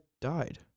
died